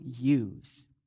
use